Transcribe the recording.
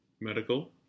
Medical